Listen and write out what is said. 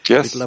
Yes